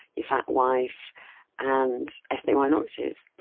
your fat wife and ethnic minorities.